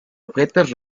objetos